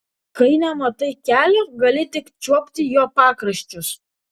kai nematai kelio gali tik čiuopti jo pakraščius